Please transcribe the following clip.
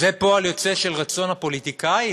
זה פועל יוצא של רצון הפוליטיקאים?